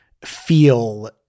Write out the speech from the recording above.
feel